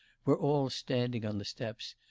were all standing on the steps,